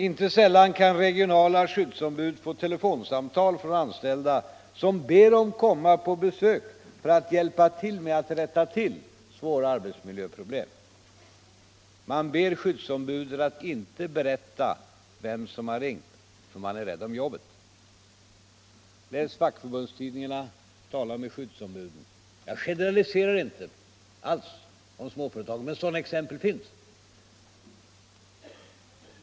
Inte sällan kan regionala skyddsombud få telefonsamtal från anställda som ber dem att komma på besök för att hjälpa till med att rätta till svåra arbetsmiljöproblem. Man ber skyddsombuden att inte berätta vem som har ringt — man är rädd om jobbet. Läs fackförbundstidningarna, tala med skyddsombuden! Jag generaliserar inte alls när det gäller småföretagen, men sådana exempel finns.